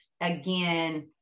again